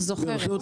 חארם,